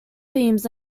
themes